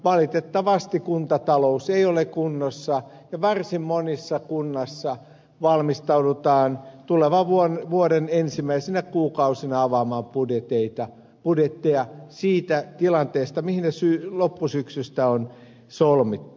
valitettavasti kuntatalous ei ole kunnossa ja varsin monessa kunnassa valmistaudutaan tulevan vuoden ensimmäisinä kuukausina avaamaan budjetteja siitä tilanteesta mihin ne loppusyksystä on solmittu